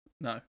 no